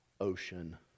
ocean